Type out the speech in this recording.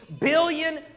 billion